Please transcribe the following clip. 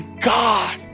God